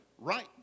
right